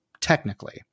technically